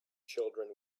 children